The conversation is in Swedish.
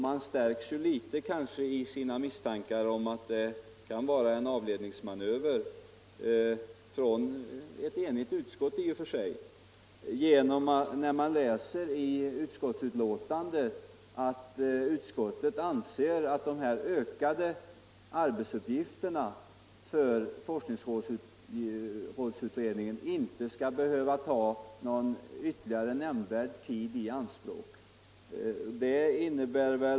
Jag stärks litet i mina misstankar om att det kan vara en avledningsmanöver från ett enigt utskotts sida när jag läser i betänkandet att utskottet säger att dessa ökade arbetsuppgifter för forskningsrådsutredningen inte skall behöva ta någon ytterligare nämnvärd tid i anspråk.